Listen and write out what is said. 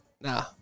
Nah